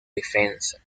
defensa